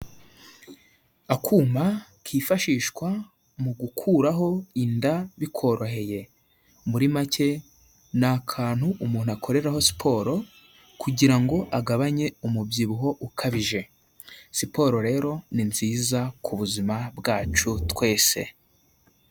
Akuma kifashishwa mu gukuraho inda bikoroheye, muri make n'akantu umuntu akoreraho siporo kugira ngo agabanye umubyibuho ukabije, siporo rero ni nziza ku buzima bwacu twese.